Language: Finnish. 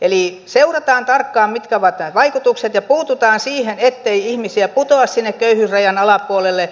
eli seurataan tarkkaan mitkä ovat nämä vaikutukset ja puututaan siihen ettei ihmisiä putoa sinne köyhyysrajan alapuolelle